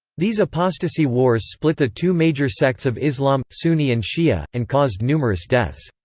these apostasy wars split the two major sects of islam sunni and shia, and caused numerous deaths.